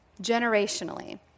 Generationally